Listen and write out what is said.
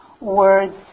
words